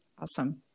Awesome